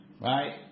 Right